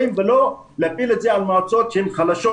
ולא להפעיל את זה על מועצות שהן חלשות.